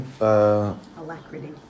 alacrity